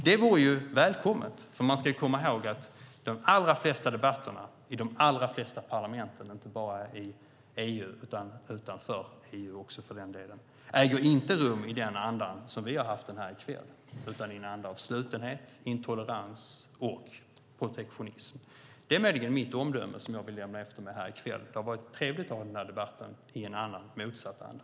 Det vore välkommet, för man ska komma ihåg att de allra flesta debatterna i de allra flesta parlamenten, inte bara i EU utan också utanför EU, inte äger rum i den anda som vi har haft debatten i här i kväll utan i en anda av slutenhet, intolerans och protektionism. Det är möjligen mitt omdöme, som jag vill lämna efter mig här i kväll: Det har varit trevligt att ha den här debatten i en annan, motsatt anda.